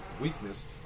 weakness